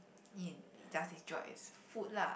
it does it job as food lah